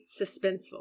suspenseful